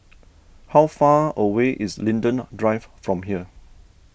how far away is Linden Drive from here